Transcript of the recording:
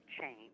change